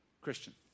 Christian